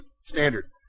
Standard